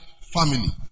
family